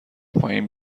پایین